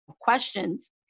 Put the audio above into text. questions